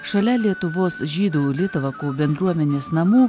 šalia lietuvos žydų litvakų bendruomenės namų